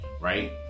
right